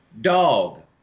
dog